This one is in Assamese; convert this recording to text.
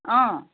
অঁ